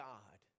God